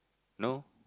no